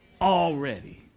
already